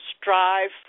strive